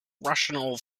rational